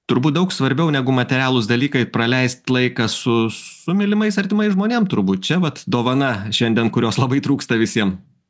turbūt daug svarbiau negu materialūs dalykai praleist laiką su su mylimais artimais žmonėm turbūt čia vat dovana šiandien kurios labai trūksta visiem